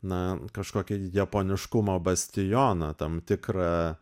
na kažkokį japoniškumo bastioną tam tikrą